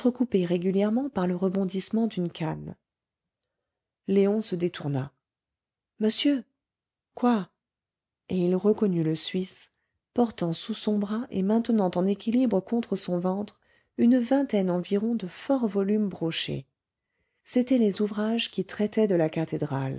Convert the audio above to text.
entrecoupé régulièrement par le rebondissement d'une canne léon se détourna monsieur quoi et il reconnut le suisse portant sous son bras et maintenant en équilibre contre son ventre une vingtaine environ de forts volumes brochés c'étaient les ouvrages qui frottaient de la cathédrale